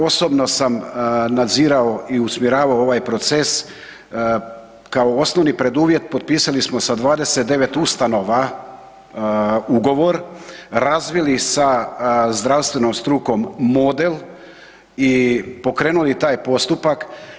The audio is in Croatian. Osobno sam nadzirao i usmjeravao ovaj proces kao osnovni preduvjet potpisali smo sa 29 ustanova ugovor, razvili sa zdravstvenom strukom model i pokrenuli taj postupak.